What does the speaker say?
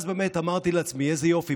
אז באמת אמרתי לעצמי: איזה יופי,